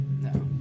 No